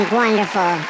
wonderful